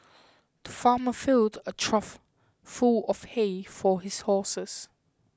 the farmer filled a trough full of hay for his horses